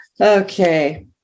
okay